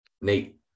Nate